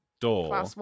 door